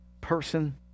person